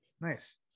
nice